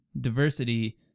Diversity